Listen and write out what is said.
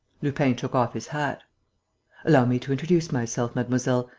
lupin took off his hat allow me to introduce myself, mademoiselle.